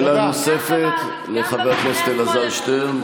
שאלה נוספת לחבר הכנסת אלעזר שטרן.